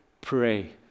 Pray